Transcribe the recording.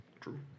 True